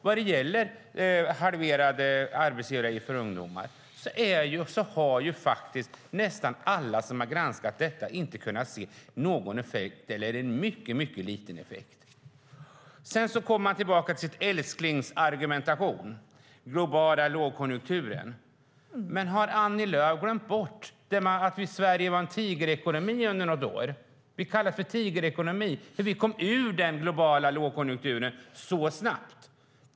När det gäller de halverade arbetsgivaravgifterna för ungdomar har nästan alla som granskat denna reform inte kunnat se någon effekt eller bara en mycket liten effekt. Sedan återkommer man till sitt älsklingsargument: den globala lågkonjunkturen. Har Annie Lööf glömt bort att Sverige var en tigerekonomi under något år? Vi kallades för tigerekonomi, för vi kom ur den globala lågkonjunkturen så snabbt.